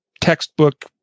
Textbook